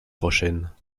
prochaine